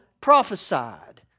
prophesied